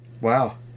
wow